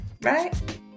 right